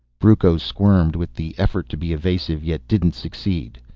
brucco squirmed with the effort to be evasive, yet didn't succeed.